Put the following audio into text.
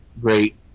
Great